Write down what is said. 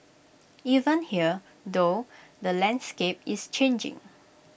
even here though the landscape is changing